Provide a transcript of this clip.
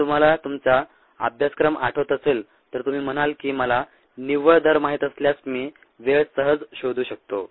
जर तुम्हाला तुमचा अभ्यासक्रम आठवत असेल तर तुम्ही म्हणाल की मला निव्वळ दर माहित असल्यास मी वेळ सहज शोधू शकतो